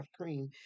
cream